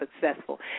successful